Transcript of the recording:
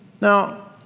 Now